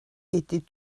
était